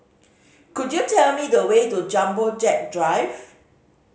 could you tell me the way to Jumbo Jet Drive